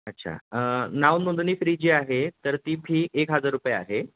अच्छा नाव नोंदणी फ्री जी आहे तर ती फी एक हजार रुपये आहे